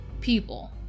people